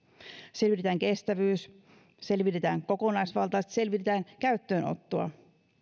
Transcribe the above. selvitetään kestävyys selvitetään kokonaisvaltaisesti selvitetään käyttöönottoa